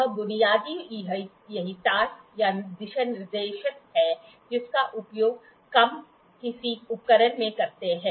यह बुनियादी एहतियात या दिशानिर्देश है जिसका उपयोग हम किसी उपकरण में करते हैं